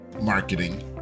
marketing